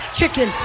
chicken